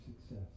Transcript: success